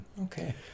okay